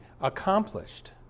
accomplished